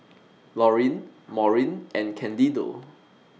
Laurine Maurine and Candido